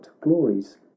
glories